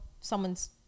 someone's